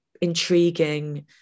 intriguing